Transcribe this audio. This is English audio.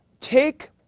Take